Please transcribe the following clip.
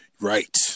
Right